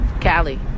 Cali